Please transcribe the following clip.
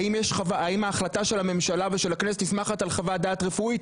האם ההחלטה של הממשלה ושל הכנסת נסמכת על חוות דעת רפואית?